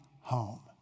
home